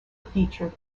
featured